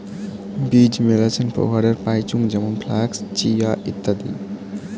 বীজ মেলাছেন প্রকারের পাইচুঙ যেমন ফ্লাক্স, চিয়া, ইত্যাদি